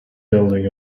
building